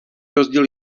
rozdíl